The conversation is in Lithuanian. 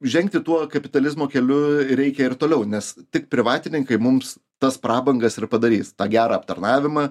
žengti tuo kapitalizmo keliu reikia ir toliau nes tik privatininkai mums tas prabangas ir padarys tą gerą aptarnavimą